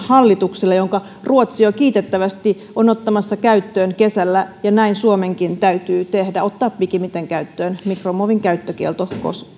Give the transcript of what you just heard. hallituksille jonka ruotsi jo kiitettävästi on ottamassa käyttöön kesällä ja näin suomenkin täytyy tehdä ottaa pikimmiten käyttöön mikromuovin käyttökielto